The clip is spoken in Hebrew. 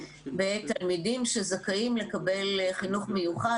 בתלמידים שזכאים לקבל חינוך מיוחד.